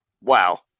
wow